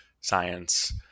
science